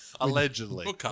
Allegedly